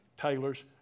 Taylor's